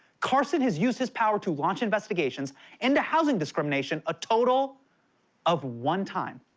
carson has used his power to launch investigations into housing discrimination a total of one time.